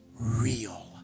real